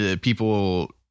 people